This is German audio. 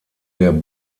der